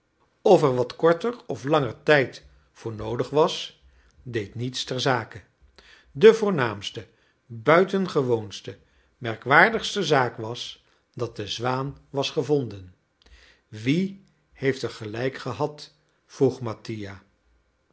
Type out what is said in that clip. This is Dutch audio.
of er wat korter of langer tijd voor noodig was deed niets ter zake de voornaamste buitengewoonste merkwaardigste zaak was dat de zwaan was gevonden wie heeft er gelijk gehad vroeg mattia